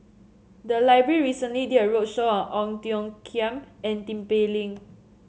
the library recently did a roadshow on Ong Tiong Khiam and Tin Pei Ling